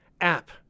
app